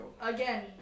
again